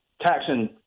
Taxing